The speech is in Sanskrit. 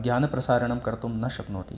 ज्ञानप्रसारणं कर्तुं न शक्नोति